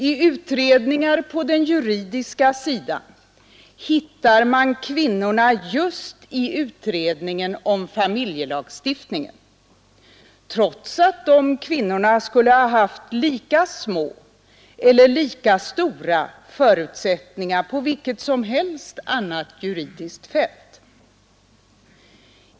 I utredningar på den juridiska sidan hittar man kvinnorna just i utredningen om familjelagstiftningen, trots att de kvinnorna skulle ha haft lika små eller lika stora förutsättningar på vilket som helst annat juridiskt fält.